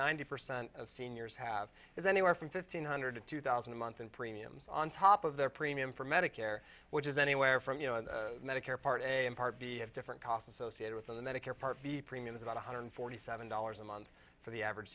ninety percent of seniors have is anywhere from fifteen hundred to two thousand a month in premiums on top of their premium for medicare which is anywhere from you know medicare part a and part b have different costs associated with the medicare part b premiums about one hundred forty seven dollars a month for the average